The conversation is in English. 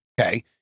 okay